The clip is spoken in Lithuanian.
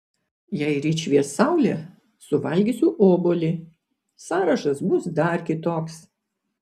jei ryt švies saulė suvalgysiu obuolį sąrašas bus dar kitoks